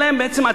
אין להם עתיד,